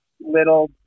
little